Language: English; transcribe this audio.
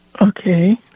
Okay